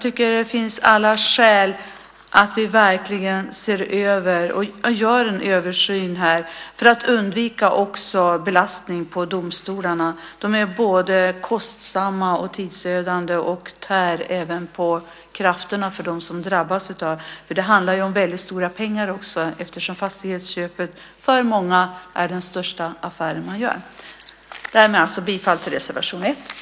Det finns alla skäl att verkligen göra en översyn av detta också för att undvika belastning på domstolarna. Det är både kostsamt och tidsödande och tär på krafterna hos dem som drabbas av detta. Det handlar ju om väldigt stora pengar. Fastighetsköp är för många den största affär man gör. Jag yrkar bifall till reservation nr 1.